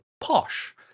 posh